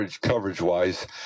coverage-wise